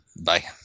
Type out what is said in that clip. Bye